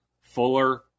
Fuller